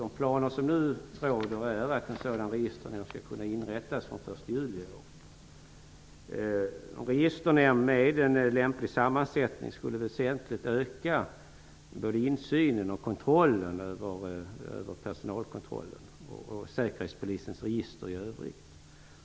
De planer som nu gäller är att en sådan skall kunna inrättas från den 1 juli i år. En registernämnd med en lämplig sammansättning skulle väsentligt öka både insynen i och kontrollen över personalkontrollen och Säkerhetspolisens register i övrigt.